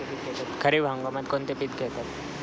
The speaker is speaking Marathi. खरीप हंगामात कोणती पिके घेतात?